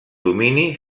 domini